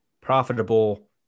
profitable